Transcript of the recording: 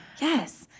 Yes